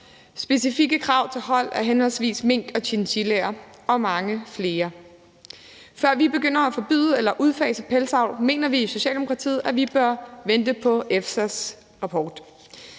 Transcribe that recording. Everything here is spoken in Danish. specifikke krav til hold af henholdsvis mink og chinchillaer og mange flere. Før vi begynder at forbyde eller udfase pelsdyravl, mener vi i Socialdemokratiet, at vi bør vente på EFSA's rapport.